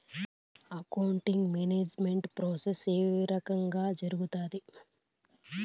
accounting management process ఏ రకంగా జరుగుతాది